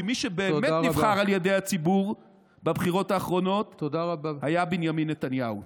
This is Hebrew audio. כי מי שבאמת נבחר על ידי הציבור בבחירות האחרונות היה בנימין נתניהו.